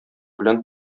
белән